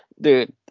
Dude